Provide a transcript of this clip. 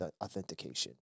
authentication